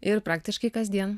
ir praktiškai kasdien